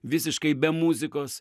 visiškai be muzikos